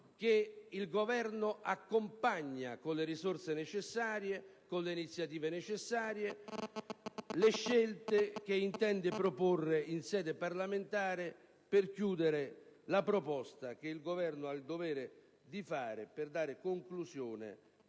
che il Governo accompagna con le risorse e le iniziative necessarie le scelte che intende proporre in sede parlamentare per chiudere la proposta che il Governo ha il dovere di fare per dare conclusione